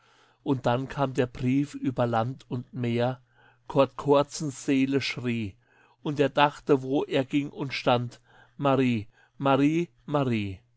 und dann kam der brief über land und meer kord kordsens seele schrie und er dachte wo er ging und stand marie marie marie